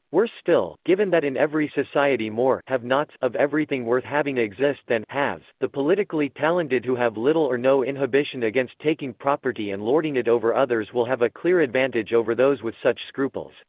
worse still, given that in every society more have-nots of everything worth having exist than haves, the politically talented who have little or no inhibition against taking property and lording it over others will have a clear advantage over those with such scruples.